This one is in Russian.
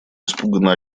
испуганно